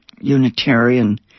Unitarian